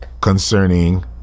concerning